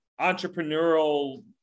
entrepreneurial